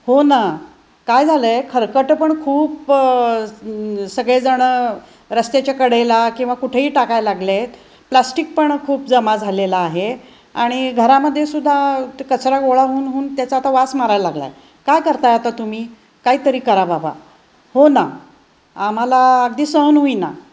हो ना काय झालं आहे खरकटं पण खूप सगळेजणं रस्त्याच्या कडेला किंवा कुठेही टाकाय लागले आहेत प्लास्टिक पण खूप जमा झालेला आहे आणि घरामध्ये सुद्धा कचरा गोळा होऊन होऊन त्याचा आता वास मारायला लागला आहे काय करत आहे आता तुम्ही काहीतरी करा बाबा हो ना आम्हाला अगदी सहन होईना